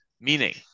meaning